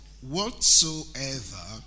whatsoever